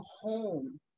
home